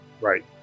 Right